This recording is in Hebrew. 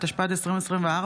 התשפ"ד 2024,